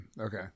Okay